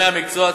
גורמי המקצוע,